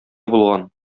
булган